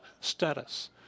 status